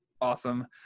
awesome